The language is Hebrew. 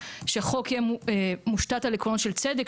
שהחוק יהיה מושתת על עקרונות של צדק,